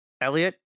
Elliot